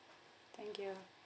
thank you